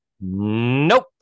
nope